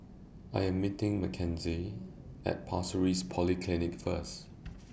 I Am meeting Mckenzie At Pasir Ris Polyclinic First